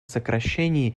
сокращении